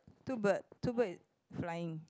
two bird two bird flying